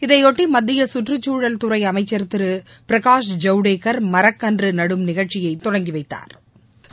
இதையொட்டி மத்திய கற்றுச்சூழல்துறை அமைச்சள் திரு பிரகாஷ் ஜவடேக்கர் மரக்கன்று நடும் நிகழ்ச்சியை தொடங்கி வைத்தாா்